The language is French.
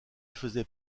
faisait